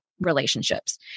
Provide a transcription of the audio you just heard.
relationships